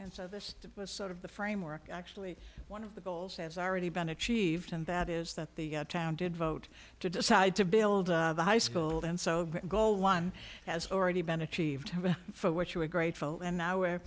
and so this was sort of the framework actually one of the goals has already been achieved and that is that the town did vote to decide to build a high school and so the goal one has already been achieved for what you are grateful and now we're